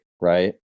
right